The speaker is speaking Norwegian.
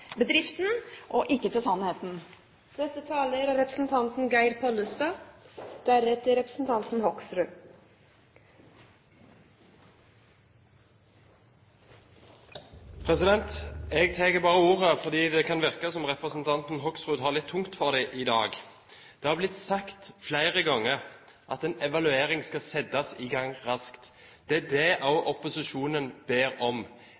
bedriften og ikke til sannheten. Jeg tar ordet bare fordi det kan virke som om representanten Hoksrud har litt tungt for det i dag. Det har blitt sagt flere ganger at en evaluering skal settes i gang raskt. Det er dette også opposisjonen ber om.